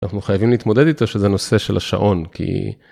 אנחנו חייבים להתמודד איתו שזה נושא של השעון, כי...